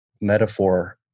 metaphor